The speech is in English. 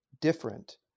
different